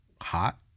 hot